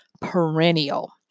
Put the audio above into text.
perennial